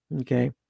Okay